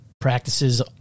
practices